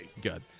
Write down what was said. Good